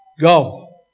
Go